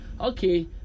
Okay